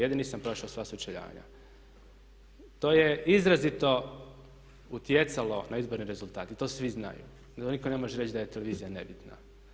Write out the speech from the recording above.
Jedini sam prošao sva sučeljavanja, to je izrazito utjecalo na izborni rezultat i to svi znaju i onda nitko ne može reć da je televizija nebitna.